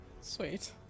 Sweet